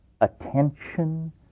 attention